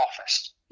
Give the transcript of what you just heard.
office